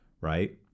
right